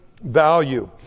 value